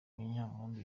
munyampundu